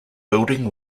building